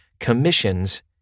commissions